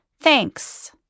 Thanks